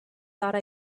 thought